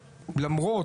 על יבוא בשר,